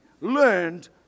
learned